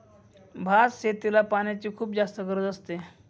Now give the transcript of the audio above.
भात शेतीला पाण्याची खुप जास्त गरज असते